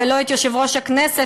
ולא את יושב-ראש הכנסת,